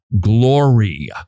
glory